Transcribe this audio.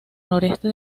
noroeste